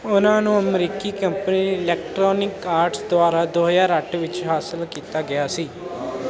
ਉਨ੍ਹਾਂ ਨੂੰ ਅਮਰੀਕੀ ਕੰਪਨੀ ਇਲੈਕਟ੍ਰਾਨਿਕ ਆਰਟਸ ਦੁਆਰਾ ਦੋ ਹਜ਼ਾਰ ਅੱਠ ਵਿੱਚ ਹਾਸਲ ਕੀਤਾ ਗਿਆ ਸੀ